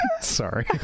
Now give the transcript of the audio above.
sorry